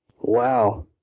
Wow